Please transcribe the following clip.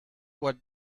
what